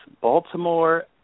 Baltimore